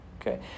Okay